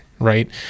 right